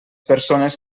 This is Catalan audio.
persones